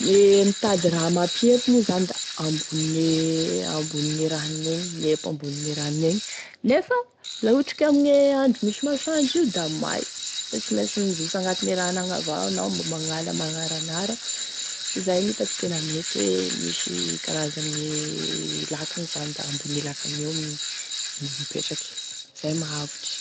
gne mitady raha mampihempo moa zany da ambony gne ambony gne rano gn'egny miepo ambony gne rano gn'egny nefa, la ohatry ke amigne andro misy masoandro io da may da sy mainsy mizoso agnatigne rano agny avao anao mangala manaranara, izay gn'hitako tena mety hoe misy karazane lakagny zany da ambogne lakagny eo mipetraky, izay e mahavotry.